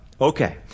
Okay